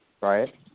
Right